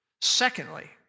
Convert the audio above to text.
Secondly